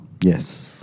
Yes